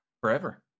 Forever